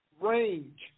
range